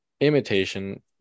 imitation